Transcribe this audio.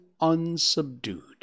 unsubdued